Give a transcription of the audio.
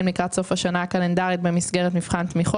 לקראת סוף השנה הקלנדרית במסגרת מבחן תמיכות,